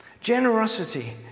Generosity